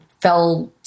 fell